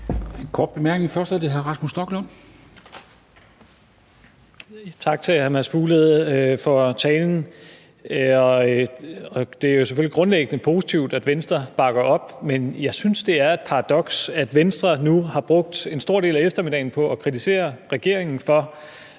Rasmus Stoklund. Kl. 16:21 Rasmus Stoklund (S): Tak til hr. Mads Fuglede for talen. Det er jo selvfølgelig grundlæggende positivt, at Venstre bakker op, men jeg synes, det er et paradoks, at Venstre nu har brugt en stor del af eftermiddagen på at kritisere regeringen for